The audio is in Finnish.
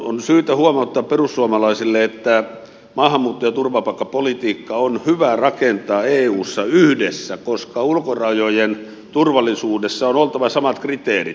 on syytä huomauttaa perussuomalaisille että maahanmuutto ja turvapaikkapolitiikka on hyvä rakentaa eussa yhdessä koska ulkorajojen turvallisuudessa on oltava samat kriteerit